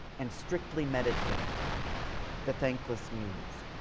and strictly meditate the thankless muse?